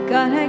God